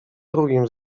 drugim